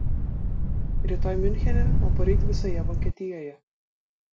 rytoj miunchene o poryt visoje vokietijoje